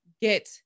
get